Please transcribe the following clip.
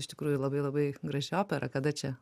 iš tikrųjų labai labai graži opera kada čia